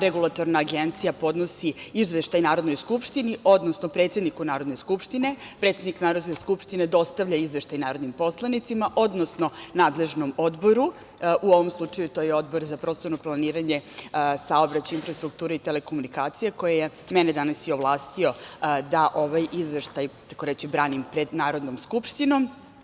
Regulatorna agencija podnosi izveštaj Narodnoj skupštini, odnosno predsedniku Narodne skupštine, predsednik Narodne skupštine dostavlja izveštaj narodnim poslanicima, odnosno nadležnom odboru, u ovom slučaju to je Odbor za prostorno planiranje, saobraćaj, infrastrukturu i telekomunikacije, koji je mene danas i ovlastio da ovaj izveštaj tako reći, branim pred Narodnom skupštinom.